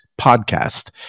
podcast